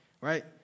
right